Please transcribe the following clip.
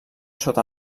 sota